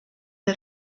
der